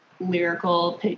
lyrical